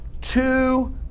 two